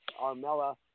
Armella